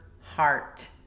heart